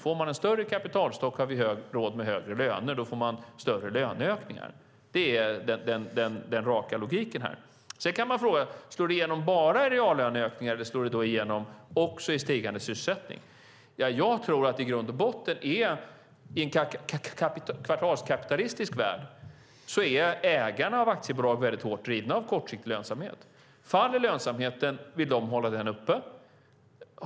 Får man en större kapitalstock har vi råd med högre löner, och då får man större löneökningar. Det är den raka logiken här. Slår det igenom bara i reallöneökningar, eller slår det också igenom i stigande sysselsättning? Jag tror att i grund och botten i en kvartalskapitalistisk värld är ägarna i ett aktiebolag väldigt hårt drivna av kortsiktig lönsamhet. Faller lönsamheten vill de hålla den uppe.